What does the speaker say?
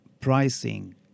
pricing